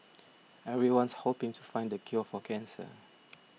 everyone's hoping to find the cure for cancer